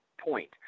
point